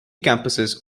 campuses